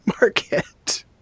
market